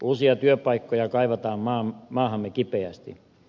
uusia työpaikkoja kaivataan maahamme kipeästi